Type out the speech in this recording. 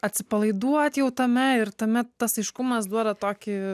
atsipalaiduot jau tame ir tame tas aiškumas duoda tokį